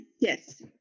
Yes